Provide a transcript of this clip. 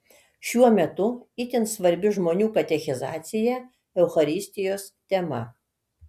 šiuo metu itin svarbi žmonių katechizacija eucharistijos tema